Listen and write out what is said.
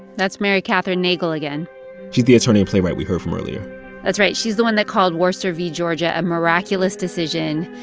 that's mary kathryn nagle again she's the attorney and playwright we heard from earlier that's right. she's the one that called worcester v. georgia a and miraculous decision.